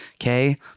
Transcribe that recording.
Okay